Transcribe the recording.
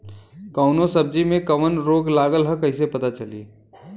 कौनो सब्ज़ी में कवन रोग लागल ह कईसे पता चली?